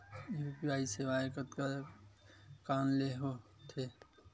UPI सेवाएं कतका कान ले हो थे?